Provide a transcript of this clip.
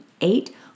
eight